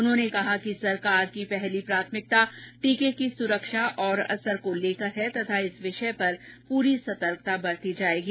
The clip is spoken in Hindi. उन्होंने कहा कि सरकार की पहली प्राथमिकता टीके की सुरक्षा और असर को लेकर है तथा इस विषय पर पूरी सतर्कता बरती जायेगी